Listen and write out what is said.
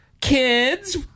kids